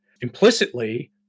Implicitly